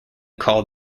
called